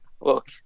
Look